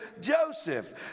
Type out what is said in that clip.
Joseph